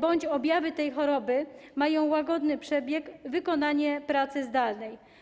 bądź u których objawy choroby mają łagodny przebieg, wykonywanie pracy zdalnej.